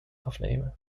afnemen